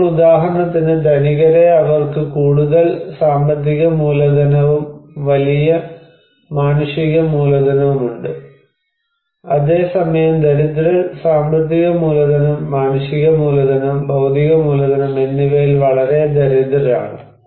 ഇപ്പോൾ ഉദാഹരണത്തിന് ധനികരെ അവർക്ക് കൂടുതൽ സാമ്പത്തിക മൂലധനവും വലിയ മാനുഷിക മൂലധനവുമുണ്ട് അതേസമയം ദരിദ്രർ സാമ്പത്തിക മൂലധനം മാനുഷിക മൂലധനം ഭൌതിക മൂലധനം എന്നിവയിൽ വളരെ ദരിദ്രരാണ്